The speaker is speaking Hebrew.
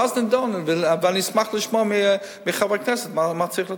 ואז נדון ואני אשמח לשמוע מחברי כנסת מה צריך לתקן.